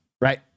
right